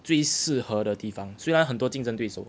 最适合的地方虽然很多竞争对手